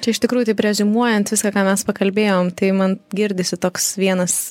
čia iš tikrųjų taip reziumuojant viską ką mes pakalbėjom tai man girdisi toks vienas